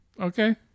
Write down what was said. Okay